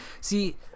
see